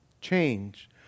change